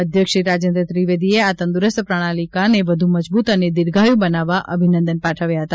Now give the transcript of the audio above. અધ્યક્ષ શ્રી રાજેન્દ્ર ત્રિવેદીએ આ તંદુરસ્ત પ્રણાલિકાને વધુ મજબુત અને દીધાર્યું બનાવવા અભિનંદન પાઠવ્યા હતા